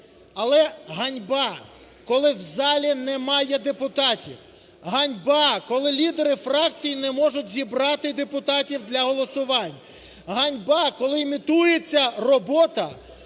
але ганьба, коли в залі немає депутатів. Ганьба, коли лідери фракцій не можуть зібрати депутатів для голосувань. Ганьба, коли імітується робота,